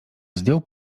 zdjął